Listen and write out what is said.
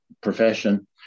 profession